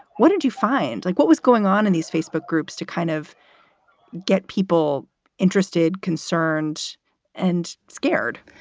what did you find? like what was going on in these facebook groups to kind of get people interested, concerned and scared?